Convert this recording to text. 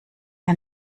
ein